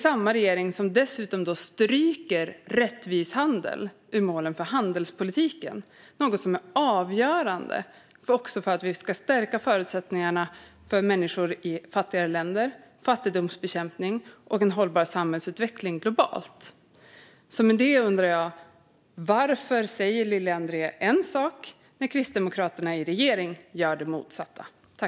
Samma regering stryker dessutom rättvis handel ur målen för handelspolitiken, något som är avgörande för att vi ska kunna stärka förutsättningarna för människor i fattigare länder samt för fattigdomsbekämpning och en hållbar samhällsutveckling globalt. Därför undrar jag: Varför säger Lili André en sak när Kristdemokraterna i regeringen gör det motsatta?